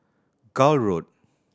Gul Road